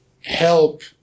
help